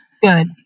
Good